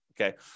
okay